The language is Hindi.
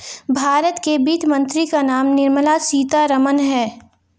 भारत के वित्त मंत्री का नाम निर्मला सीतारमन है